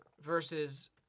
versus